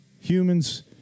Humans